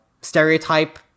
stereotype